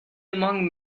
among